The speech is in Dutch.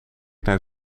naar